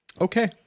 Okay